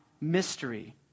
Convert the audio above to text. mystery